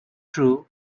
true